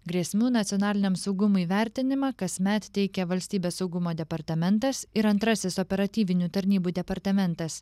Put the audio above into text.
grėsmių nacionaliniam saugumui vertinimą kasmet teikia valstybės saugumo departamentas ir antrasis operatyvinių tarnybų departamentas